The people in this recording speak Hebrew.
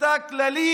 שביתה כללית,